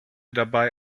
dabei